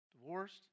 divorced